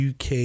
UK